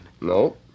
No